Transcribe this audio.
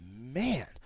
man